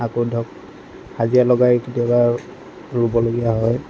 আকৌ ধৰক হাজিৰা লগাই কেতিয়াবা ৰুব লগা হয়